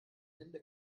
hände